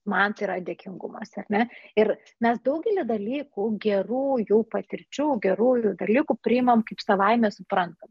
man tai yra dėkingumas ar ne ir mes daugelį dalykų gerųjų patirčių gerųjų dalykų priimam kaip savaime suprantamą